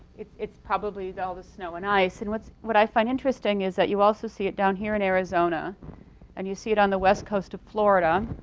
it's probably though the snow and ice, and what i find interesting is that you also see it down here in arizona and you see it on the west coast of florida,